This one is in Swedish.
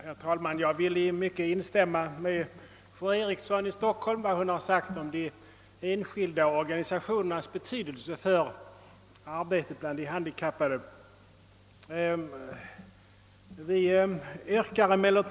Herr talman! Jag kan i mycket instämma i vad fru Eriksson i Stockholm här anförde om de enskilda organisationernas betydelse för arbetet bland de handikappade.